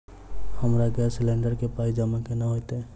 हमरा gas cylinder केँ पाई जमा केना हएत?